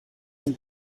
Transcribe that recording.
zum